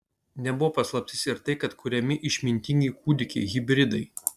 nebuvo paslaptis ir tai kad kuriami išmintingi kūdikiai hibridai